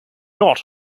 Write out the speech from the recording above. not